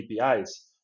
APIs